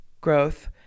growth